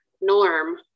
norm